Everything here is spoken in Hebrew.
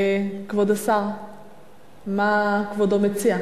ועדת הפנים.